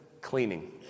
Cleaning